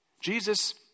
Jesus